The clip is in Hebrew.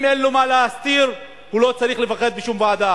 אם אין לו מה להסתיר, הוא לא צריך לפחד משום ועדה.